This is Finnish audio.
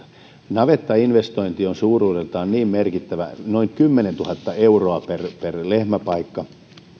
navettainvestointi on suuruudeltaan niin merkittävä noin kymmenentuhatta euroa per per lehmäpaikka